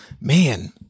Man